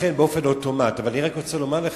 לכן, באופן אוטומטי, אבל אני רק רוצה לומר לך: